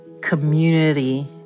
community